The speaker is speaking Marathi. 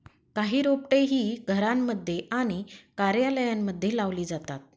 काही रोपटे ही घरांमध्ये आणि कार्यालयांमध्ये लावली जातात